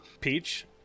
Peach